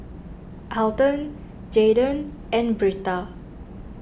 Elton Jaydan and Britta